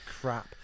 crap